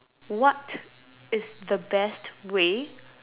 what is the best way